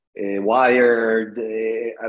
Wired